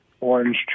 Orange